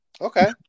Okay